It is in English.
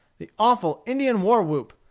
the awful indian war-whoop,